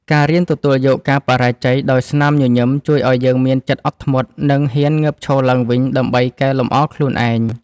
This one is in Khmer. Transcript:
ការរៀនទទួលយកការបរាជ័យដោយស្នាមញញឹមជួយឱ្យយើងមានចិត្តអត់ធ្មត់ និងហ៊ានងើបឈរឡើងវិញដើម្បីកែលម្អខ្លួនឯង។